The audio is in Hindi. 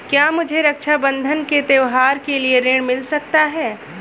क्या मुझे रक्षाबंधन के त्योहार के लिए ऋण मिल सकता है?